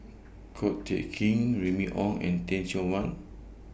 Ko Teck Kin Remy Ong and Teh Cheang Wan